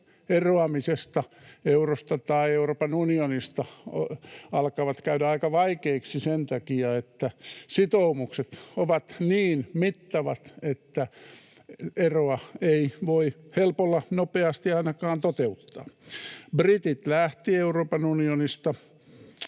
eroamisesta eurosta tai Euroopan unionista alkavat käydä aika vaikeiksi sen takia, että sitoumukset ovat niin mittavat, että eroa ei voi helpolla ainakaan nopeasti toteuttaa. Britit lähtivät Euroopan unionista,